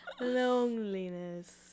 Loneliness